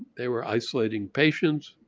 they were isolating patients.